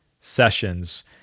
sessions